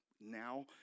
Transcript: now